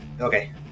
Okay